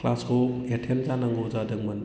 क्लासखौ एतेन्द जानांगौ जादोंमोन